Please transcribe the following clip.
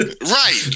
Right